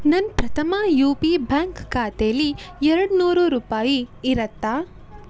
ನನ್ನ Prathama U P bank ಖಾತೆಲಿ ಎರಡು ನೂರು ರೂಪಾಯಿ ಇರುತ್ತಾ